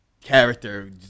character